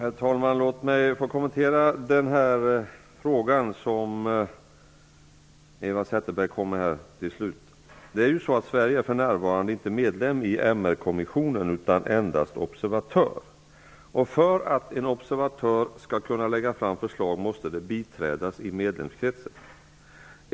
Herr talman! Låt mig få kommentera den fråga som Sverige är för närvarande inte medlem i MR kommissionen utan endast observatör. För att en observatör skall kunna lägga fram förslag måste det biträdas i medlemskretsen.